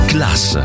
Class